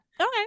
okay